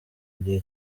igihe